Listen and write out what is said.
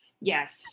Yes